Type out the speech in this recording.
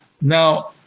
Now